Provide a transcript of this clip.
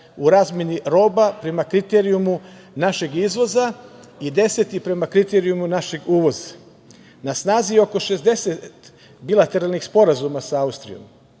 u razmeni roba prema kriterijumu našeg izvoza i 10. prema kriterijumu našeg uvoza. Na snazi je oko 60 bilateralnih sporazuma sa Austrijom.